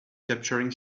capturing